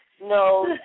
No